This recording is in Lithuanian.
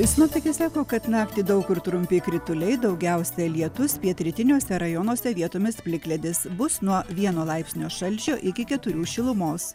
sinoptikai sako kad naktį daug kur trumpi krituliai daugiausia lietus pietrytiniuose rajonuose vietomis plikledis bus nuo vieno laipsnio šalčio iki keturių šilumos